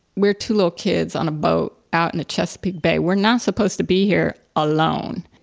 we're two little kids on a boat out in the chesapeake bay, we're not supposed to be here alone.